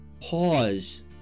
pause